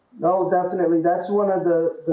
no, definitely that's one of the